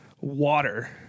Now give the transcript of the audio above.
water